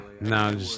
No